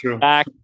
back